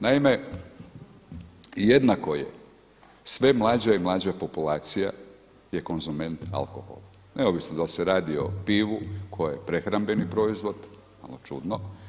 Naime, jednako je sve mlađa i mlađa populacija je konzument alkohola neovisno dal' se radi o pivu koja je prehrambeni proizvod, malo čudno.